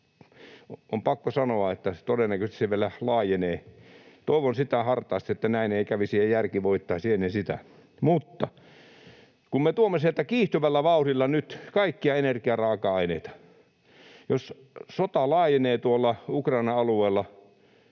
on pakko sanoa, että todennäköisesti se vielä laajenee, toivon hartaasti sitä, että näin ei kävisi ja järki voittaisi ennen sitä — kun me tuomme sieltä kiihtyvällä vauhdilla nyt kaikkia energiaraaka-aineita, niin jos sota laajenee tuolla Ukrainan alueella,